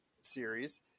series